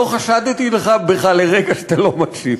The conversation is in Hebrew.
לא חשדתי בך לרגע שאתה לא מקשיב.